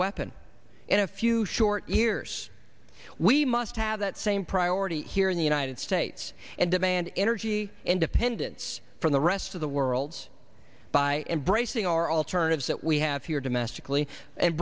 weapon in a few short years we must have that same priority here in the united states and demand energy independence from the rest of the world by embracing our alternatives that we have here domestically and